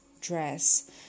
dress